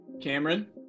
Cameron